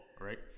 right